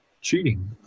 cheating